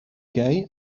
gay